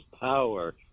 power